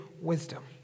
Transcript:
wisdom